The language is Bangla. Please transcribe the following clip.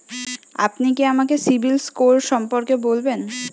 আপনি কি আমাকে সিবিল স্কোর সম্পর্কে বলবেন?